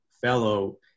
fellow